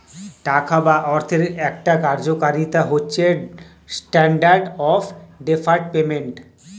টাকা বা অর্থের একটা কার্যকারিতা হচ্ছে স্ট্যান্ডার্ড অফ ডেফার্ড পেমেন্ট